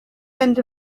end